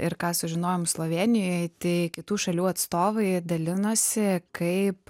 ir ką sužinojom slovėnijoj tai kitų šalių atstovai dalinosi kaip